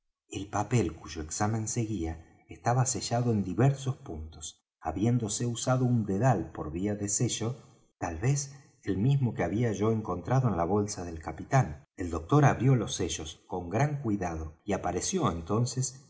el papel cuyo exámen seguía estaba sellado en diversos puntos habiéndose usado un dedal por vía de sello tal vez el mismo que había yo encontrado en la bolsa del capitán el doctor abrió los sellos con gran cuidado y apareció entonces